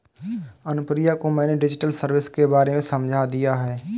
अनुप्रिया को मैंने digital service के बारे में समझा दिया है